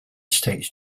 states